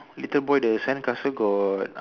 little boy the sandcastle got